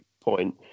point